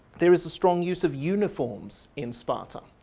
there is a strong use of uniforms in sparta.